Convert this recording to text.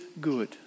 good